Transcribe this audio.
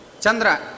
Chandra